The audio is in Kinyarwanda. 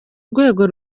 rwego